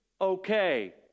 okay